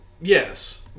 yes